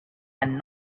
and